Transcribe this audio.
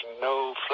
no